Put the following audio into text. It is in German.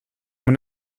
man